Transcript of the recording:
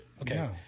Okay